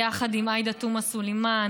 יחד עם עאידה תומא סלימאן,